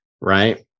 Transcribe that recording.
right